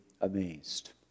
amazed